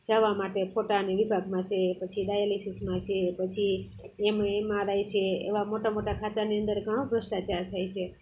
જવા માટે ફોટાની વિભાગમાં જઈએ પછી ડાયાલિસીસમાં છે પછી એમાં એમારાઈ છે એવા મોટા મોટા ખાતાની અંદર ઘણો ભ્રષ્ટાચાર થાય છે